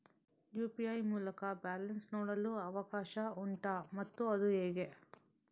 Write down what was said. UPI ಮೂಲಕ balance ನೋಡಲು ಅವಕಾಶ ಉಂಟಾ ಮತ್ತು ಅದು ಹೇಗೆ?